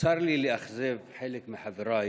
צר לי לאכזב חלק מחבריי